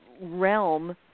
realm